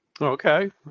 Okay